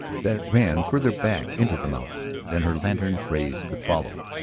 that it ran farther back into the mountain than her lantern's rays could follow.